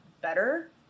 better